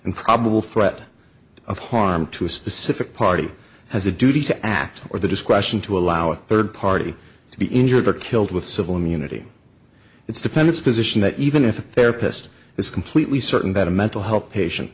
and probable threat of harm to a specific party has a duty to act or the discretion to allow a third party to be injured or killed with civil immunity it's defend its position that even if a therapist is completely certain that a mental health patient